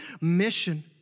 mission